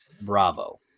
Bravo